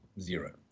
zero